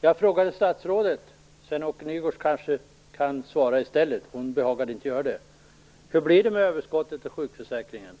Jag har frågat statsrådet, men hon behagade inte svara. Kanske kan Sven-Åke Nygårds i stället svara. Hur blir det alltså med överskottet i sjukförsäkringen?